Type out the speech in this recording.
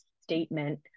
statement